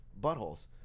buttholes